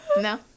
no